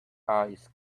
ice